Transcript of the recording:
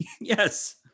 Yes